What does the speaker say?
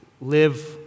live